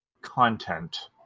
Content